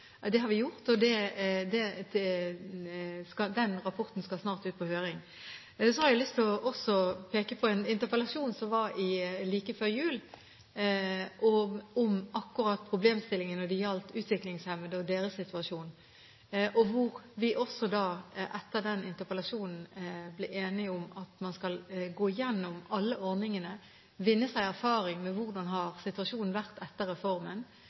gjort, og den rapporten skal snart ut på høring. Så har jeg også lyst til å peke på en interpellasjon som var like før jul, om problemstillingen når det gjelder akkurat utviklingshemmede og deres situasjon, hvor vi – etter interpellasjonen – ble enige om at man skal gå gjennom alle ordningene, vinne erfaring om hvordan situasjonen har vært etter reformen,